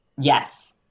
yes